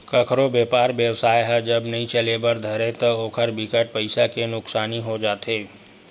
कखरो बेपार बेवसाय ह जब नइ चले बर धरय ता ओखर बिकट पइसा के नुकसानी हो जाथे